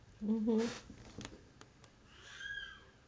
mmhmm